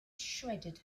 shredded